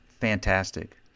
fantastic